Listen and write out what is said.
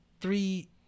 three